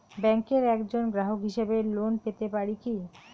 ব্যাংকের একজন গ্রাহক হিসাবে লোন পেতে পারি কি?